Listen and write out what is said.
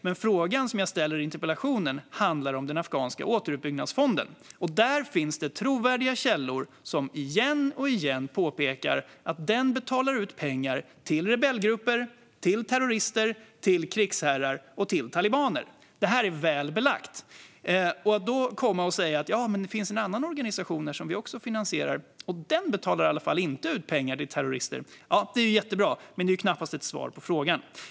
Den fråga som jag ställde i interpellationen handlar dock om den afghanska återuppbyggnadsfonden. Där finns det trovärdiga källor som igen och igen påpekar att den betalar ut pengar till rebellgrupper, terrorister, krigsherrar och talibaner. Detta är väl belagt. Men då kommer Peter Eriksson och säger att det finns en annan organisation som också finansieras och att den i alla fall inte betalar ut pengar till terrorister. Det är ju jättebra, men det är knappast ett svar på frågan.